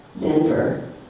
Denver